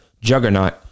juggernaut